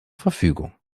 verfügung